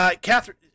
Catherine